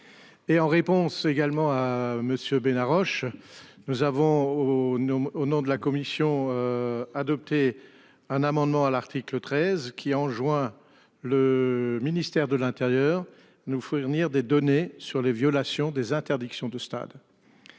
en réponse également à monsieur Bena Roche. Nous avons oh no au nom de la commission. Adopté un amendement à l'article 13 qui enjoint le ministère de l'Intérieur nous fournir des données sur les violations des interdictions de stade.